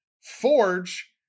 Forge